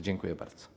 Dziękuję bardzo.